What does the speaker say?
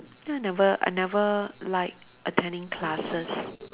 I never I never like attending classes